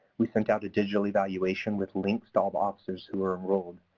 we sent out a digital evaluation with links to all the officers who were enrolled.